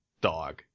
dog